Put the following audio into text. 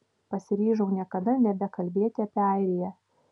pasiryžau niekada nebekalbėti apie airiją